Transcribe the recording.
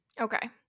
Okay